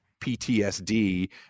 PTSD